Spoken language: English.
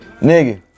Nigga